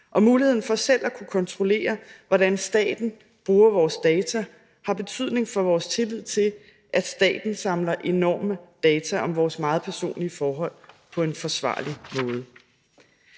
Og muligheden for selv at kunne kontrollere, hvordan staten bruger vores data, har betydning for vores tillid til, at staten samler enorme data om vores meget personlige forhold på en forsvarlig måde.